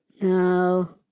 No